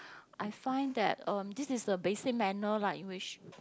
I I find that um this is a basic manner like we should